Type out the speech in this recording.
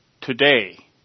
today